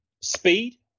Speed